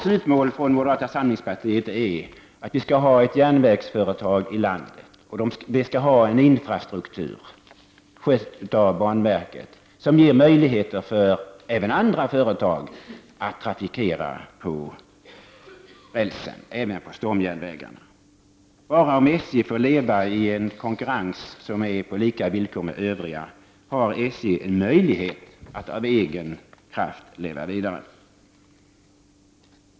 Slutmålet för oss i moderata samlingspartiet är att det skall finnas ett järnvägsföretag i landet. Det skall ha en infrastruktur, och det skall skötas av banverket. Möjligheter skall finnas även för andra företag att trafikera stomjärnvägarna. Det är bara om SJ får fungera i konkurrens på samma villkor som övriga företag som SJ har möjlighet att av egen kraft överleva.